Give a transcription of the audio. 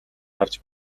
харж